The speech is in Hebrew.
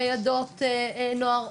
ניידות נוער,